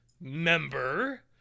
member